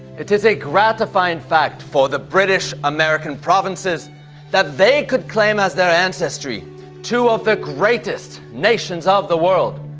it is a gratifying fact for the british american provinces that they could claim as their ancestry two of the greatest nations of the world.